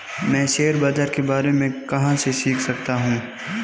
मैं शेयर बाज़ार के बारे में कहाँ से सीख सकता हूँ?